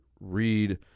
read